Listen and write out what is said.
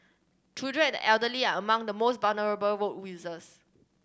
children and the elderly are among the most vulnerable road users